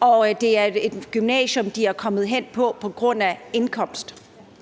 og det er et gymnasium, de er kommet hen på på grund af